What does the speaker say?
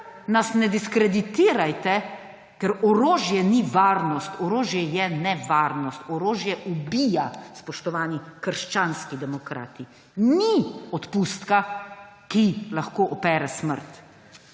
nas ne diskreditirajte, ker orožje ni varnost, orožje je nevarnost, orožje ubija, spoštovani krščanski demokrati. Ni odpustka, ki lahko opere smrt.